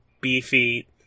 beefy